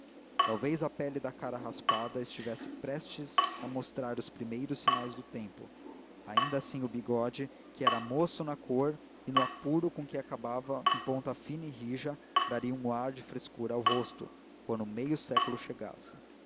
talvez a pele da cara rapada estivesse prestes a mostrar os primeiros sinais do tempo ainda assim o bigode que era moço na cor e no apuro com que acabava em ponta fina e rija daria um ar de frescura ao rosto quando o meio século chegasse